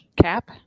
Cap